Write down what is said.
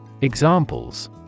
Examples